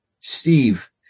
Steve